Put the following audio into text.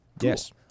Yes